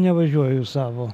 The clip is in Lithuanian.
nevažiuoju savo